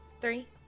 Three